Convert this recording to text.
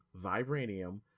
vibranium